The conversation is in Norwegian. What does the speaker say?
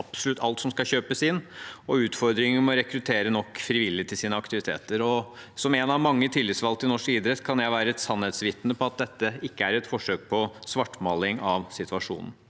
absolutt alt som skal kjøpes inn, og utfordringer med å rekruttere nok frivillige til sine aktiviteter. Som en av mange tillitsvalgte i norsk idrett kan jeg være et sannhetsvitne på at dette ikke er et forsøk på svartmaling av situasjonen.